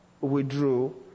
withdrew